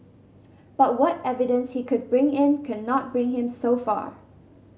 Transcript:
but what evidence he could bring in could not bring him so far